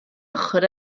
ochr